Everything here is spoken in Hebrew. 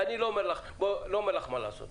אני לא אומר לך מה לעשות.